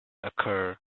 occurred